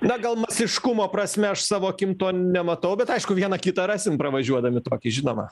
na gal masiškumo prasme aš savo akim to nematau bet aišku vieną kitą rasim pravažiuodami tokį žinoma